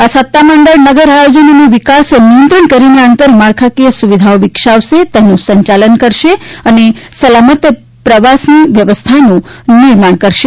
આ સતા મંડળ નગર આયોજન અને વિકાસ નિયંત્રણ કરીને આંતરમાળાકીય સુવિધાઓ વિકસાવાશે તેનું સંચાલન કરશે અને સલામત પ્રવાસનું વ્યવસ્થાનું નિર્માણ કરાશે